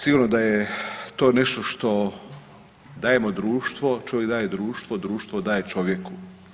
Sigurno da je to nešto što dajemo društvo, čovjek daje društvu, društvo daje čovjeku.